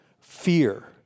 fear